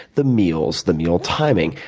the meals, the meal timing,